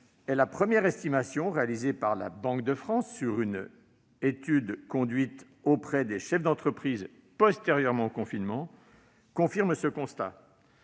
la première estimation réalisée par la Banque de France sur une étude conduite auprès des chefs d'entreprise après le confinement confirme ce constat